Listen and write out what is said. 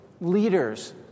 Leaders